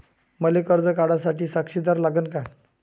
मले कर्ज काढा साठी साक्षीदार लागन का?